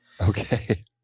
Okay